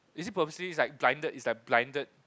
is it purposely it's like blinded it's like blinded